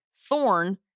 Thorn